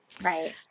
Right